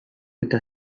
eta